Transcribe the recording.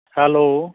hello